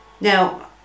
Now